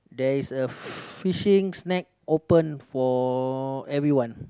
there is a fishing snack open for everyone